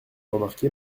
remarqué